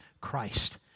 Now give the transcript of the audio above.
Christ